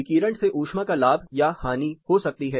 विकिरण से ऊष्मा का लाभ या हानि हो सकती है